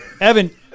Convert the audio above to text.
Evan